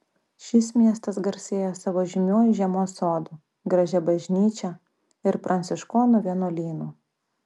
šis miestas garsėja savo žymiuoju žiemos sodu gražia bažnyčia ir pranciškonų vienuolynu